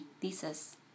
thesis